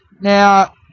now